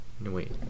wait